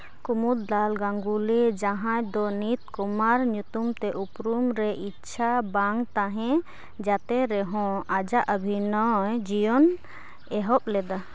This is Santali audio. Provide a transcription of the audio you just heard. ᱠᱳᱢᱩᱫᱟᱞ ᱜᱟᱹᱝᱜᱩᱞᱤ ᱡᱟᱦᱟᱸᱭ ᱫᱚ ᱱᱤᱛ ᱠᱩᱢᱟᱨ ᱧᱩᱛᱩᱢ ᱛᱮ ᱩᱯᱨᱩᱢ ᱨᱮ ᱤᱪᱪᱷᱟ ᱵᱟᱝ ᱛᱟᱦᱮᱸ ᱡᱟᱛᱮ ᱨᱮᱦᱚᱸ ᱟᱭᱟᱜ ᱚᱵᱷᱤᱱᱚᱭ ᱡᱤᱭᱚᱱ ᱮᱦᱚᱵ ᱞᱮᱫᱟ